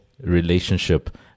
relationship